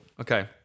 Okay